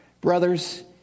Brothers